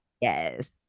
Yes